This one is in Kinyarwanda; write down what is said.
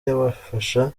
yabafasha